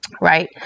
Right